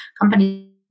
companies